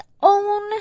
own